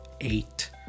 eight